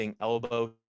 elbow